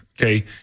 Okay